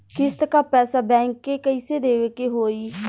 किस्त क पैसा बैंक के कइसे देवे के होई?